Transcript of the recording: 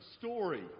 story